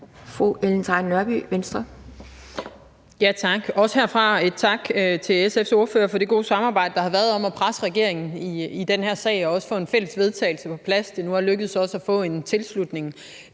Ellen Trane Nørby (V): Tak. Også herfra en tak til SF's ordfører for det gode samarbejde, der har været, om at presse regeringen i den her sag og også få et fælles forslag til vedtagelse på plads, som det nu er lykkedes os at få en tilslutning